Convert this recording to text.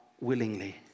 willingly